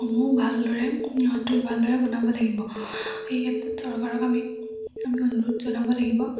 সমূহ ভালদৰে ভালদৰে বনাব লাগিব সেই ক্ষেত্ৰত চৰকাৰক আমি আমি অনুৰোধ জনাব লাগিব